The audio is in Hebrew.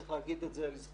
צריך להגיד את זה לזכותם,